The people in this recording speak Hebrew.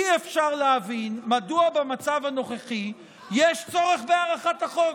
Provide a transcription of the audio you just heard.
אי-אפשר להבין מדוע במצב הנוכחי יש צורך בהארכת החוק.